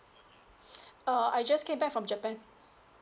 uh I just came back from japan